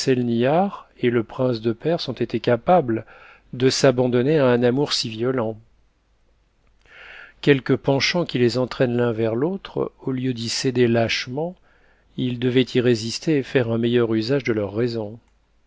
et le prince de perse ont été capables de s'abandonner à un amour si violent quelque penchant qui les entraîne l'un vers l'autre au lieu d'y céder lâchement ils devaient y résister et faire un meilleur usage de leur raison